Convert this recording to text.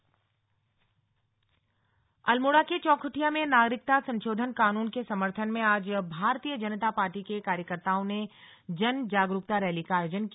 CAA समर्थन rally Almora के चौखुटिया में नागरिकता संशोधन कानून के समर्थन में आज भारतीय जनता पार्टी के कार्यकर्ताओं ने जन जागरूकता रैली का आयोजन किया